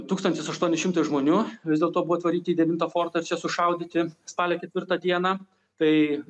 tūkstantis aštuoni šimtai žmonių vis dėlto buvo atvaryti į devintą fortą ir čia sušaudyti spalio ketvirtą dieną tai